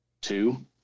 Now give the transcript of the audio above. Two